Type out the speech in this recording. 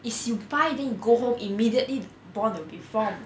is you buy then you go home immediately bond different